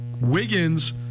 Wiggins